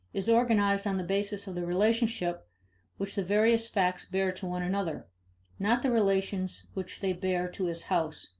is organized on the basis of the relationship which the various facts bear to one another not the relations which they bear to his house,